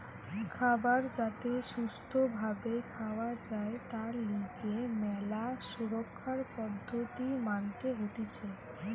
খাবার যাতে সুস্থ ভাবে খাওয়া যায় তার লিগে ম্যালা সুরক্ষার পদ্ধতি মানতে হতিছে